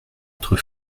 être